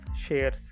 shares